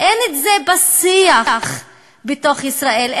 זה לא קיים בשיח בתוך ישראל,